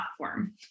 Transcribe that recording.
platform